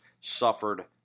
suffered